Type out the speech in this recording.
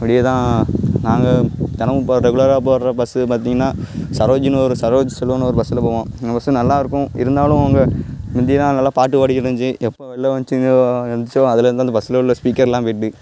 வெளியே தான் நாங்கள் தினமும் போகிற ரெகுலராக போகிற பஸ்ஸு பார்த்திங்கன்னா சரோஜ்ன்னு ஒரு சரோஜ் செல்வம்ன்னு ஒரு பஸ்சில் போவோம் அந்த பஸ்ஸு நல்லா இருக்கும் இருந்தாலும் அவங்க முந்திலாம் நல்லா பாட்டு ஓடிக்கிட்டு இருந்துச்சு எப்போ வெளில வந்துச்சின்னு வந்துச்சோ அதிலேருந்து தான் அந்த பஸ்சில் உள்ள ஸ்பீக்கரெலாம் போயிட்டு